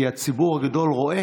כי הציבור הגדול רואה